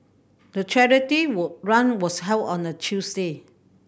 the charity run was held on a Tuesday